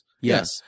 Yes